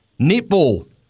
Netball